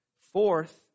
Fourth